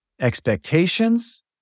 expectations